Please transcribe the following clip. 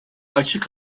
açık